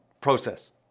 process